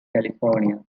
california